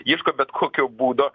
ieško bet kokio būdo